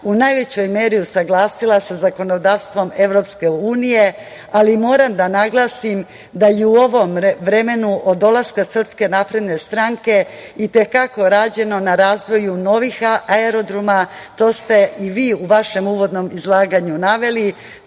u najvećoj meri usaglasila sa zakonodavstvom EU.Moram da naglasim da je u ovom vremenu od dolaska SNS i te kako rađeno na razvoju novih aerodroma, to ste i vi u vašem uvodnom izlaganju naveli,